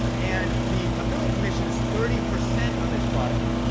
and the affiliate commission is thirty percent on this product.